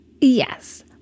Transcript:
Yes